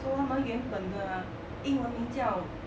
so 他们原本的英文名叫